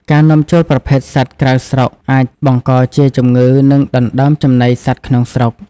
ការនាំចូលប្រភេទសត្វក្រៅស្រុក អាចបង្កជាជំងឺ និងដណ្តើមចំណីសត្វក្នុងស្រុក។